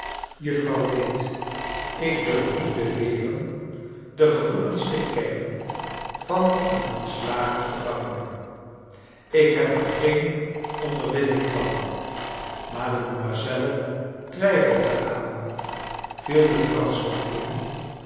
juffrouw wade i ik durf niet beweren de gevoelens te kennen van een ontslagen gevangene ik neb er geen ondervinding van mademoiselle twijfelt er aan viel de franschman in